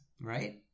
Right